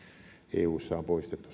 eussa on poistettu